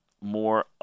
more